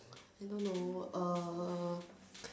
I don't know uh